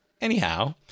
Anyhow